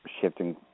shifting